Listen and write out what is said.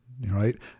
right